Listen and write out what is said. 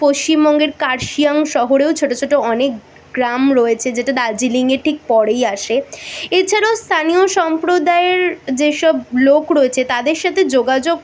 পশ্চিমবঙ্গের কার্শিয়াং শহরেও ছোটো ছোটো অনেক গ্রাম রয়েছে যেটা দার্জিলিংয়ে ঠিক পরেই আসে এছাড়াও স্থানীয় সম্প্রদায়ের যেসব লোক রয়েছে তাদের সাথে যোগাযোগ